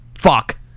fuck